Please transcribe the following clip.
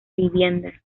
vivienda